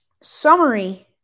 summary